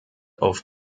auf